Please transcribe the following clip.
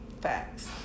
facts